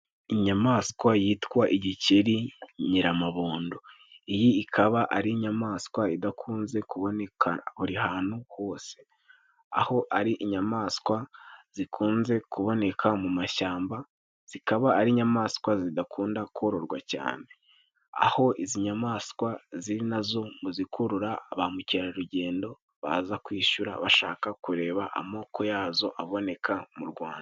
Inyamaswa yitwa igikeri nyiramabondo. Iyi ikaba ari inyamaswa idakunze kuboneka buri hantu hose. Aho ari inyamaswa zikunze kuboneka mu mashyamba. Zikaba ari inyamaswa zidakunda kororwa cyane. Aho izi nyamaswa ziri na zo mu zikurura ba mukerarugendo, baza kwishyura bashaka kureba amoko yazo aboneka mu Rwanda.